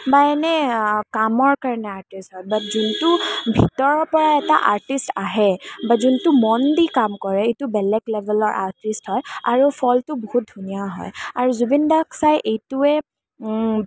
বা এনে কামৰ কাৰণে আৰ্টিষ্ট হয় বাট যোনটো ভিতৰৰ পৰা এটা আৰ্টিষ্ট আহে বাট যোনটো মন দি কাম কৰে এইটো বেলেগ লেভেলৰ আৰ্টিষ্ট হয় আৰু ফলটো বহুত ধুনীয়া হয় আৰু জুবিন দাক চাই এইটোৱে